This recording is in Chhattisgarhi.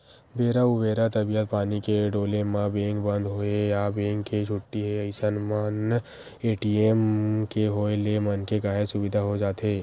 बेरा उबेरा तबीयत पानी के डोले म बेंक बंद हे या बेंक के छुट्टी हे अइसन मन ए.टी.एम के होय ले मनखे काहेच सुबिधा हो जाथे